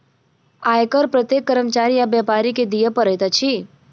आय कर प्रत्येक कर्मचारी आ व्यापारी के दिअ पड़ैत अछि